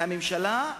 והממשלה,